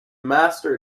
master